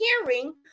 hearing